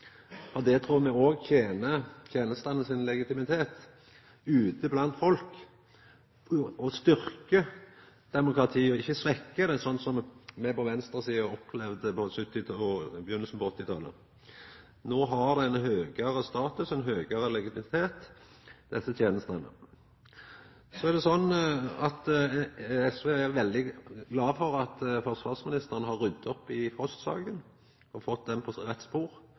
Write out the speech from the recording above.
og styrkjer demokratiet, ikkje svekkjer det, sånn me på venstresida opplevde det på 1970- og byrjinga på 1980-talet. No har desse tenestene ein høgare status og ein høgare legitimitet. Så er det sånn at SV er veldig glad for at forsvarsministeren har rydda opp i FOST-saka og har fått ho på rett spor.